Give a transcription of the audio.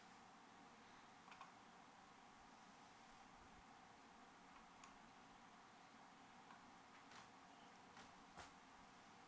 okay